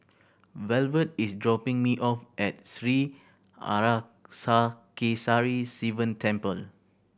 Velvet is dropping me off at Sri Arasakesari Sivan Temple